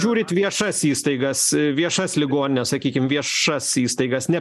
žiūrit viešas įstaigas viešas ligonines sakykim viešas įstaigas ne